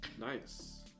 Nice